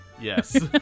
Yes